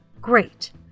Great